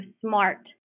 smart